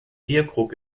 bierkrug